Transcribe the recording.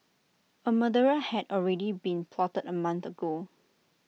A murder had already been plotted A month ago